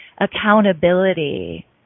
accountability